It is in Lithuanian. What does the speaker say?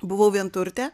buvau vienturtė